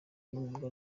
ry’imyuga